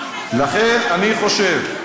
לכן אני חושב,